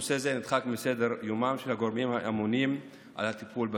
נושא זה נדחק מסדר-יומם של הגורמים האמונים על הטיפול בסוגיה.